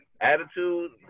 attitude